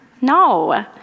No